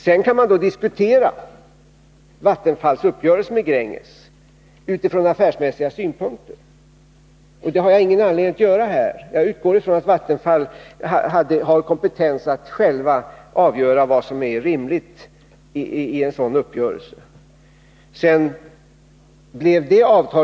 Sedan kan man då diskutera Vattenfalls uppgörelse med Gränges utifrån affärsmässiga synpunkter, och det har jag ingen anledning att göra här. Jag utgår ifrån att Vattenfall har kompetens att avgöra vad som är rimligt i en sådan uppgörelse.